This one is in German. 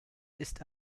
ist